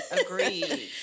Agreed